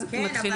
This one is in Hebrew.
כן,